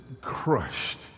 crushed